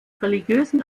religiösen